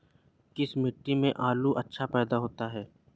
किस मिट्टी में आलू अच्छा पैदा होता है?